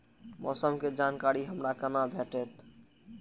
मौसम के जानकारी हमरा केना भेटैत?